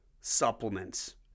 Supplements